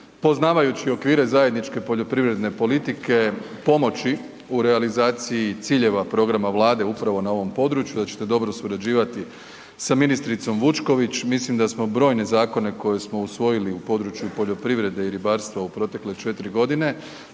poznavajući okvire zajedničke poljoprivredne politike pomoći u realizaciji ciljeva programa Vlade upravo na ovom području, da ćete dobro surađivati sa ministricom Vučković. Mislim da smo brojne zakone koje smo usvojili u području poljoprivrede i ribarstva u protekle 4 godine,